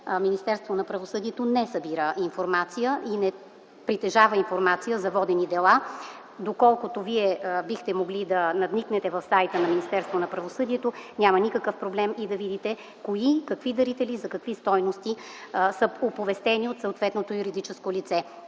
Министерството на правосъдието не събира информация и не притежава такава за водени дела. Доколкото Вие бихте могли да надникнете в сайта на Министерството на правосъдието, няма никакъв проблем да видите кои, какви дарители и какви стойности са оповестени от съответното юридическо лице.